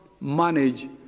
manage